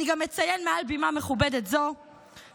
אני גם אציין מעל בימה מכובדת זו ששמעתי